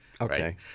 okay